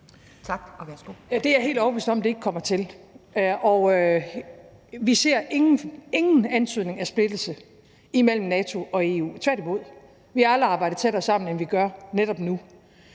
Tak. Og værsgo.